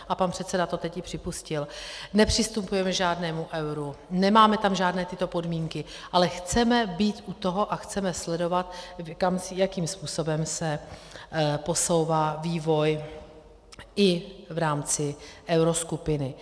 A pan předseda to teď i připustil, nepřistupujeme k žádnému euru, nemáme tam žádné tyto podmínky, ale chceme být u toho a chceme sledovat, jakým způsobem se posouvá vývoj i v rámci euroskupiny.